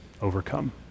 overcome